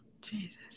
Jesus